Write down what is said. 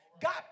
God